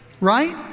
Right